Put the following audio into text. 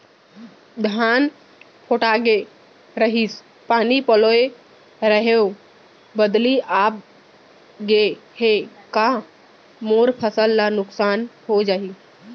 धान पोठागे रहीस, पानी पलोय रहेंव, बदली आप गे हे, का मोर फसल ल नुकसान हो जाही?